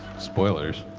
spoilers.